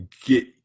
get